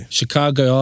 Chicago